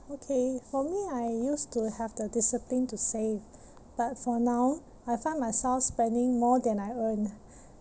okay for me I used to have the discipline to save but for now I find myself spending more than I earn